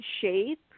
shape